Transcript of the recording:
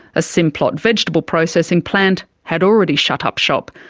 a simplot vegetable processing plant had already shut up shop.